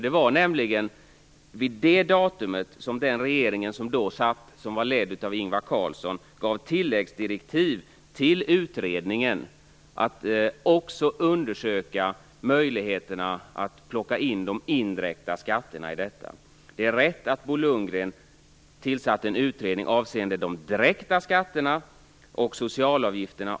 Det var nämligen vid det datumet som den av Ingvar Carlsson då ledda regeringen gav utredningen tilläggsdirektiv att också undersöka möjligheterna att plocka in de indirekta skatterna. Det är riktigt att Bo Lundgren tillsatte en utredning avseende de direkta skatterna och socialavgifterna.